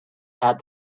had